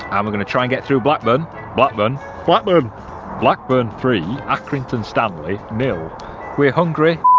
and we're gonna try and get through blackburn blackburn what we're blackburn three accrington stanley. nil we're hungry,